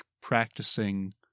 practicing